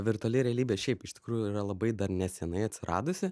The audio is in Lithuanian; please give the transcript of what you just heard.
virtuali realybė šiaip iš tikrųjų yra labai dar nesenai atsiradusi